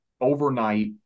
overnight